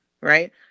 right